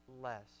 less